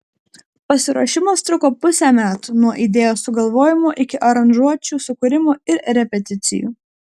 pasiruošimas truko pusę metų nuo idėjos sugalvojimo iki aranžuočių sukūrimo ir repeticijų